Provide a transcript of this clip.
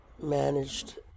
managed